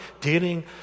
dealing